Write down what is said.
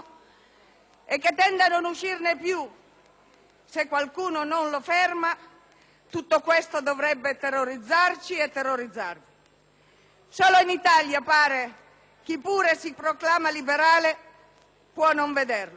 e che tende a non uscirne più, se qualcuno non lo ferma: tutto questo dovrebbe terrorizzarci e terrorizzarvi. Solo in Italia, pare, chi pure si proclama liberale può non vederlo.